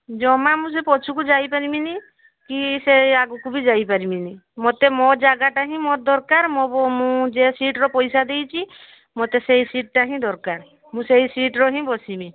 ଜମା ମୁଁ ସେ ପଛକୁ ଯାଇପାରିବିନି କି ସେ ଆଗକୁ ବି ଯାଇ ପାରିବିନି ମୋତେ ମୋ ଜାଗାଟା ହିଁ ମୋର ଦରକାର ମୁଁ ଯେ ସିଟ୍ର ପଇସା ଦେଇଛି ମୋତେ ସେଇ ସିଟ୍ଟା ହିଁ ଦରକାର ମୁଁ ସେଇ ସିଟ୍ରେ ହିଁ ବସିମି